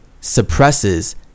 suppresses